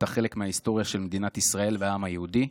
אתה חלק מההיסטוריה של מדינת ישראל והעם היהודי,